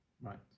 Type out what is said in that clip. Right